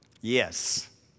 Yes